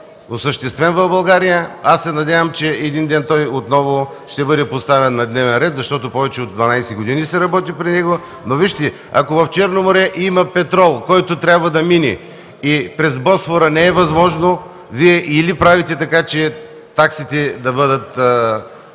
осъществен в България. Аз се надявам, че един ден той отново ще бъде поставен на дневен ред, защото повече от 12 години се работи по него. Вижте, ако в Черно море има петрол, който трябва да мине, и не е възможно през Босфора, Вие или правите така, че таксите да бъдат